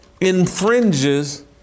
infringes